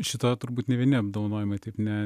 šito turbūt nė vieni apdovanojimai taip ne